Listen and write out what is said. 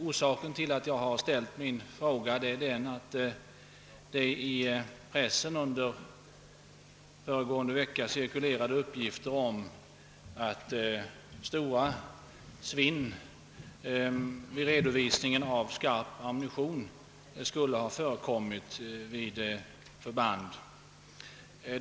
Orsaken till att jag har ställt min fråga är att det i pressen förra veckan cirkulerade uppgifter om att stora svinn vid redovisning av skarp ammunition skulle ha förekommit hos vissa förband.